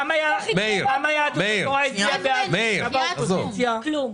אנחנו נדון בזה עת נגיע לגשר.